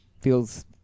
feels